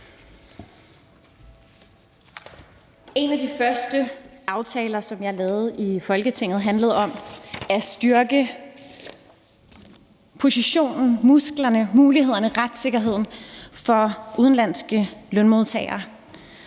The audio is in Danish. En af de første aftaler, som jeg lavede i Folketinget, handlede om at styrke positionen, musklerne, mulighederne og retssikkerheden for udenlandske lønmodtagere.